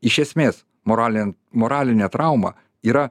iš esmės moralin moralinė trauma yra